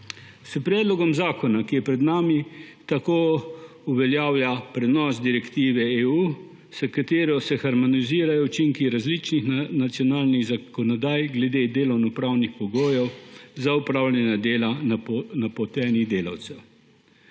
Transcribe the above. S predlogom zakona, ki je pred nami, se tako uveljavlja prenos direktive EU, s katero se harmonizirajo učinki različnih nacionalnih zakonodaj glede delovnopravnih pogojev za opravljanje dela napotenih delavcev.